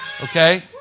Okay